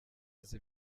azi